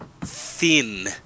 thin